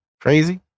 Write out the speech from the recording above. Crazy